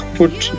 put